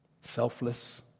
Selfless